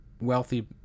wealthy